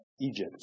Egypt